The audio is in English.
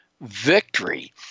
victory